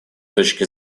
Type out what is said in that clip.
точки